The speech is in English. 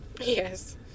Yes